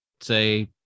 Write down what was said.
say